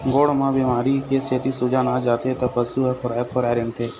गोड़ म बेमारी के सेती सूजन आ जाथे त पशु ह खोराए खोराए रेंगथे